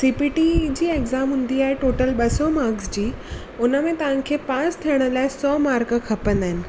CPT जी exam हूंदी आहे टोटल ॿ सौ माक्स जी हुन में तव्हांखे पास थियण लाइ सौ मार्क खपंदा आहिनि